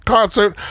Concert